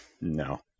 No